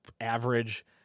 average